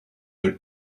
our